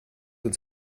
uns